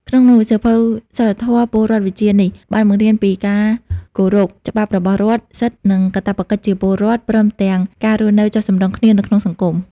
ក្នុងនោះសៀវភៅសីលធម៌-ពលរដ្ឋវិជ្ជានេះ បានបង្រៀនពីការគោរពច្បាប់របស់រដ្ឋ សិទ្ធិ និងកាតព្វកិច្ចជាពលរដ្ឋ ព្រមទាំងការរស់នៅចុះសម្រុងគ្នានៅក្នុងសង្គម។